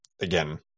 Again